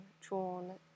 drawn